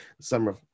summer